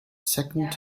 second